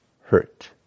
hurt